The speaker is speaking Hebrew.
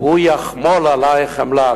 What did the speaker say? והוא יחמול עלייך חמלה,